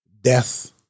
Death